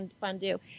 fondue